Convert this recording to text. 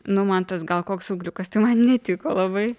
nu man tas gal koks augliukas tai man netiko labai